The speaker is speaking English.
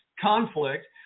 conflict